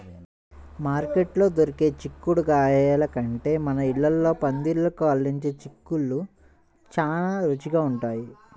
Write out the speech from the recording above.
మార్కెట్లో దొరికే చిక్కుడుగాయల కంటే మన ఇళ్ళల్లో పందిళ్ళకు అల్లించే చిక్కుళ్ళు చానా రుచిగా ఉంటయ్